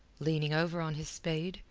leaning over on his spade,